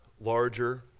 larger